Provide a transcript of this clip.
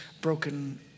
broken